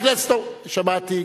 לא הזכרתי, שמעתי.